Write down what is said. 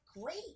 Great